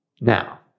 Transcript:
Now